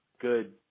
good